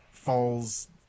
falls